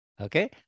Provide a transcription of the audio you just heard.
Okay